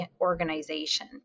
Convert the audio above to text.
organization